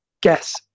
guess